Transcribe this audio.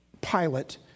pilot